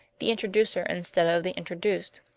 the introducer instead of the introduced.